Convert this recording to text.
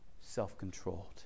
self-controlled